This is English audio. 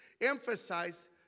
emphasize